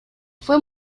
fue